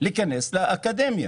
להיכנס לאקדמיה?